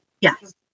Yes